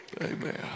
Amen